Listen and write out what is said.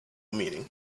meaning